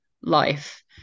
life